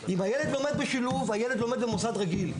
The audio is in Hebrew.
אם הילד לומד בשילוב, הילד לומד במוסד רגיל.